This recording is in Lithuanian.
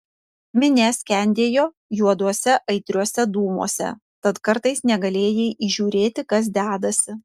minia skendėjo juoduose aitriuose dūmuose tad kartais negalėjai įžiūrėti kas dedasi